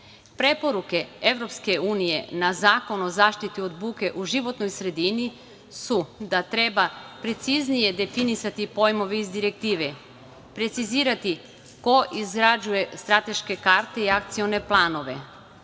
Evropske unije na Zakon o zaštiti od buke u životnoj sredini su da treba preciznije definisati pojmove iz Direktive, precizirati ko izrađuje strateške karte i akcione planove,